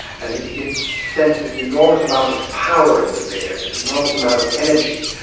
and he begins to sense this enormous amount of power in the bear, this enormous amount of energy.